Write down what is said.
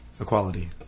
Equality